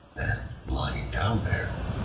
and lying down there,